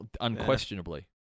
unquestionably